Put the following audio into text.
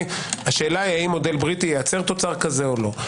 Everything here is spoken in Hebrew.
השאלה היא האם מודל בריטי ייצר תוצר כזה או לא.